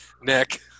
Nick